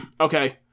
Okay